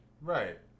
Right